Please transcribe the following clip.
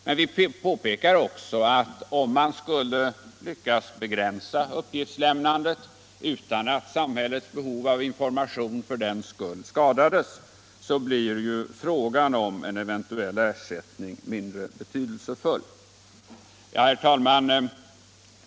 Men vi påpekar också, att om man skulle lyckas begränsa uppgiftslämnandet utan att samhällets behov av information skadades, så blir frågan om en eventuell ersättning mindre betydelsefull. Herr talman!